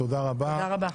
תודה רבה.